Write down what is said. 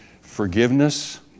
forgiveness